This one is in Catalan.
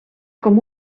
com